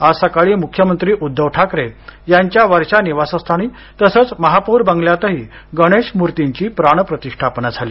आज सकाळी मुख्यमंत्री उद्धव ठाकरे यांच्या वर्षा निवासस्थानी तसंच महापौर बंगल्यातही गणेश मूर्तींचा प्रतिष्ठापना झाली